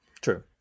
true